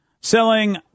selling